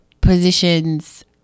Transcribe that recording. positions